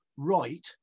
right